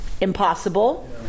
impossible